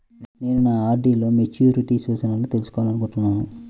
నేను నా ఆర్.డీ లో మెచ్యూరిటీ సూచనలను తెలుసుకోవాలనుకుంటున్నాను